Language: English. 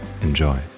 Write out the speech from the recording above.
Enjoy